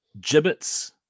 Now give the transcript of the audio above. Gibbets